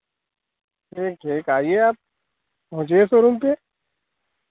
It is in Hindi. ठीक ठीक आइए आप पहुँचिए शोरूम पे